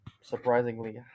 surprisingly